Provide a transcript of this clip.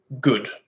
good